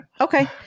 Okay